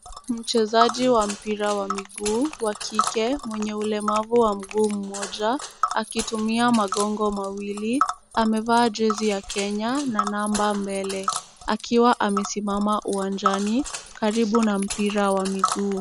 Mchezaji wa mpira wa miguu wa kike, mwenye ulemavu wa miguu mmoja, akitumia magongo mawili, amevaa jezi ya Kenya na namba mbele. Akiwa amesimama uwanjani karibu na mpira wa miguu.